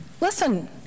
listen